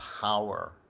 power